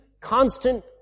constant